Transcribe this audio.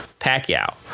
Pacquiao